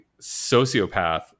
sociopath